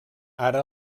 ara